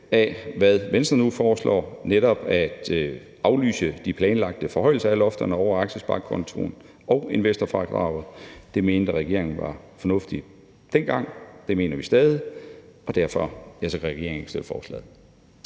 af, hvad Venstre nu foreslår, nemlig aflyse de planlagte forhøjelser af lofterne over aktiesparekontoen og investorfradraget. Det mente regeringen var fornuftigt dengang, det mener vi stadig, og derfor kan regeringen ikke støtte forslaget.